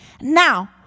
Now